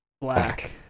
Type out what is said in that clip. black